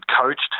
coached